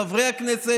(קוראת בשמות חברי הכנסת)